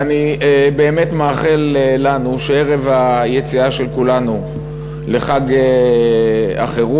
ואני באמת מאחל לנו שערב היציאה של כולנו לחג החירות,